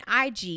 IG –